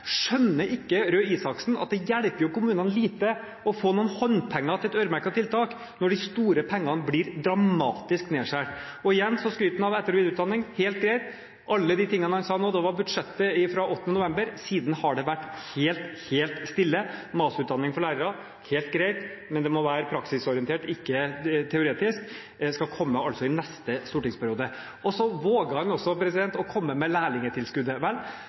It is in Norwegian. Skjønner ikke Røe Isaksen at det hjelper kommunene lite å få noen håndpenger til et øremerket tiltak, når det blir dramatisk nedskjæring i de store pengene? Igjen skryter han av etter- og videreutdanning – det er helt greit. Alle de tingene han nevnte nå, var fra budsjettet fra 8. november. Siden har det vært helt, helt stille. Masterutdanning for lærere er helt greit, men det må være praksisorientert, ikke teoretisk. Det skal altså komme i neste stortingsperiode. Og så våger han også å komme med lærlingtilskuddet. Vel,